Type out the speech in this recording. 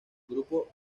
grupo